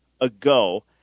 ago